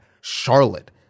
Charlotte